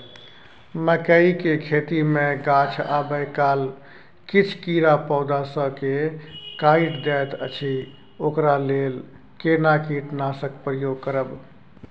मकई के खेती मे गाछ आबै काल किछ कीरा पौधा स के काइट दैत अछि ओकरा लेल केना कीटनासक प्रयोग करब?